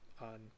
on